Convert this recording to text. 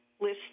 list